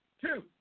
two